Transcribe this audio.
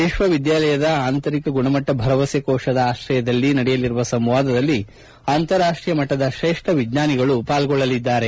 ವಿಶ್ವವಿದ್ಯಾನಿಲಯದ ಆಂತರಿಕ ಗುಣಮಟ್ಟ ಭರವಸೆ ಕೋಶದ ಆಶ್ರಯದಲ್ಲಿ ನಡೆಯಲಿರುವ ಸಂವಾದದಲ್ಲಿ ಅಂತಾರಾಷ್ಷೀಯ ಮಟ್ಟದ ಶ್ರೇಷ್ಠ ವಿಜ್ವಾನಿಗಳು ಪಾಲ್ಗೊಳ್ಳಲಿದ್ದಾರೆ